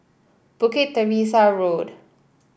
Bukit Teresa Road